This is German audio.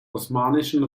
osmanischen